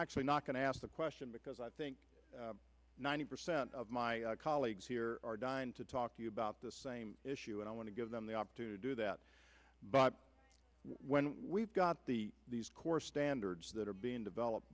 actually not going to ask the question because i think ninety percent of my colleagues here are dying to talk to you about the same issue and i want to give them the opt to do that but when we've got the these core standards that are being developed